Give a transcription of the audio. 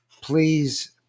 please